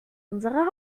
unserer